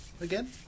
again